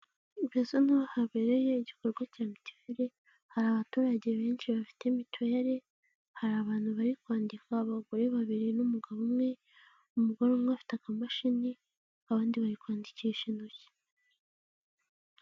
Hameze nkaho habereye igikorwa cya mituweli hari abaturage benshi bafite mituweli, hari abantu bari kwandika abagore babiri n'umugabo umwe umugore umwe afite akamashini abandi bari kwandikisha intoki.